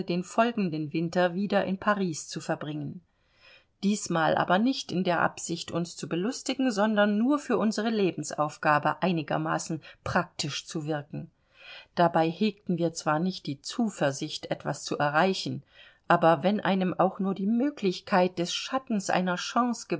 den folgenden winter wieder in paris zu verbringen diesmal aber nicht in der absicht uns zu belustigen sondern nur für unsere lebensaufgabe einigermaßen praktisch zu wirken dabei hegten wir zwar nicht die zuversicht etwas zu erreichen aber wenn einem auch nur die möglichkeit des schattens einer